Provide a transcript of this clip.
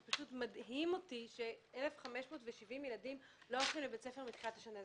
שפשוט מדהים אותי ש-1,570 ילדים לא הולכים לבית הספר מתחילת השנה.